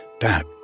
that